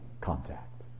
contact